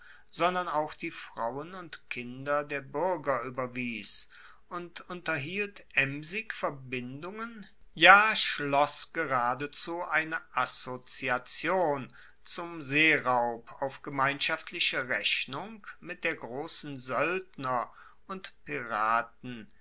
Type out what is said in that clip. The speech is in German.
sondern auch die frauen und kinder der buerger ueberwies und unterhielt emsig verbindungen ja schloss geradezu eine assoziation zum seeraub auf gemeinschaftliche rechnung mit der grossen soeldner und